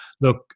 look